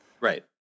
Right